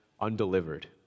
undelivered